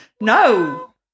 No